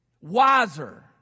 wiser